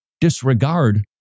disregard